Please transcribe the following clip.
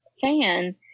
fan